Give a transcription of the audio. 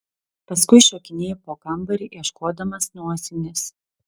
paskui šokinėja po kambarį ieškodamas nosinės